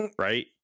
right